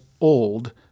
old